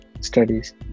studies